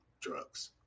Drugs